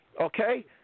okay